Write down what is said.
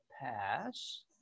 pass